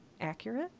accurate